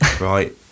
right